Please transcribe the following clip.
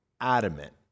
adamant